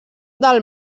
del